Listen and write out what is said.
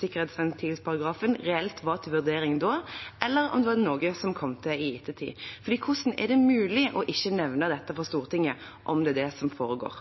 sikkerhetsventilparagrafen reelt var til vurdering da, eller om det var noe som kom til i ettertid. For hvordan er det mulig å ikke nevne dette for Stortinget, om det er det som foregår?